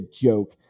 joke